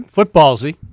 Footballsy